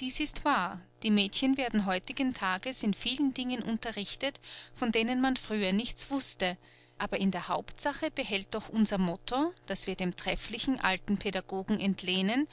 dies ist wahr die mädchen werden heutigen tages in vielen dingen unterrichtet von denen man früher nichts wußte aber in der hauptsache behält doch unser motto das wir dem trefflichen alten pädagogen entlehnen